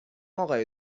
آقای